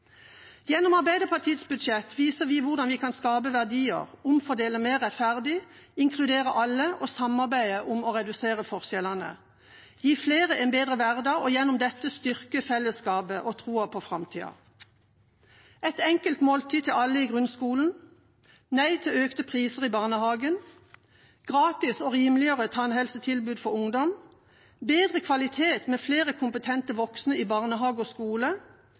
Gjennom Arbeiderpartiets budsjett viser vi hvordan vi kan skape verdier, omfordele mer rettferdig, inkludere alle, samarbeide om å redusere forskjellene, gi flere en bedre hverdag og gjennom dette styrke fellesskapet og troen på framtida: et enkelt måltid til alle i grunnskolen nei til økte priser i barnehagen gratis og rimeligere tannhelsetilbud for ungdom bedre kvalitet med flere kompetente voksne i barnehage og skole